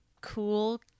cool